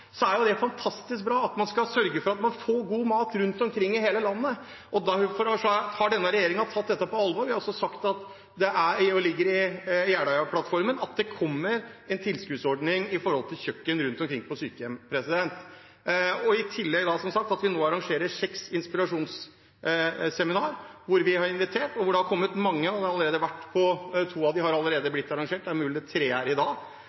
er det jo fantastisk bra at man skal sørge for at man får god mat rundt omkring i hele landet. Derfor har denne regjeringen tatt dette på alvor. Vi har også sagt – og det ligger i Jeløya-plattformen – at det kommer en tilskuddsordning til kjøkken på sykehjem rundt omkring. I tillegg arrangerer vi nå som sagt seks inspirasjonsseminar som vi har invitert til, og hvor det har kommet mange. To av dem har allerede blitt arrangert, det er mulig det tredje er i dag,